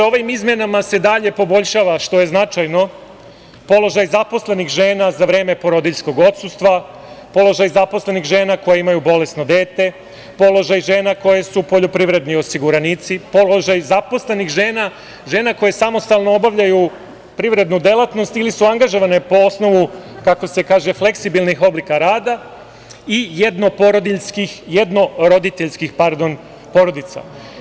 Ovim izmenama se dalje poboljšava, što je značajno, položaj zaposlenih žena za vreme porodiljskog odsustva, položaj zaposlenih žena koje imaju bolesno dete, položaj žena koje su poljoprivredni osiguranici, položaj zaposlenih žena, žena koje samostalno obavljaju privrednu delatnost ili su angažovane po osnovu fleksibilnih oblika rada i jednoroditeljskih porodica.